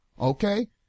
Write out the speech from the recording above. okay